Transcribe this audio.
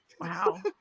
Wow